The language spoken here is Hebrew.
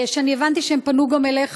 ואני הבנתי שהם פנו גם אליך,